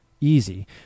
easy